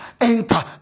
Enter